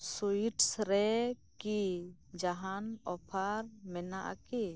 sweets ᱨᱮ ᱠᱤ ᱡᱟᱦᱟᱱ ᱚᱯᱷᱟᱨ ᱢᱮᱱᱟᱜᱼᱟ ᱠᱤ